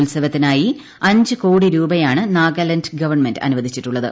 ഉൽസവത്തിനായി അഞ്ച് കോടി രൂപയാണ് നാഗലാന്റ് ഗവൺമെന്റ് അനുവദിച്ചിട്ടുള്ളത്